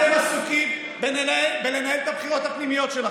אתם עסוקים בניהול הבחירות הפנימיות שלכם,